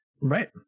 right